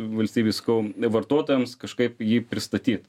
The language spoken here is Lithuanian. valstybei sakau vartotojams kažkaip jį pristatyt